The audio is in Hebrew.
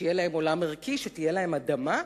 שיהיה להם עולם ערכי, שתהיה להם אדמה.